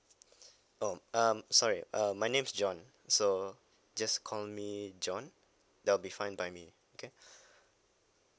oh um sorry uh my name's john so just call me john that will be fine by me okay